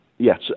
Yes